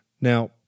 Now